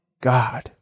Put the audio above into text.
God